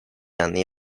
anni